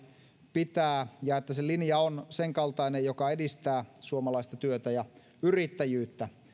pitää ja että se linja on sen kaltainen että se edistää suomalaista työtä ja yrittäjyyttä